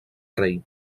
rei